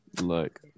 look